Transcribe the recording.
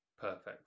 perfect